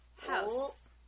House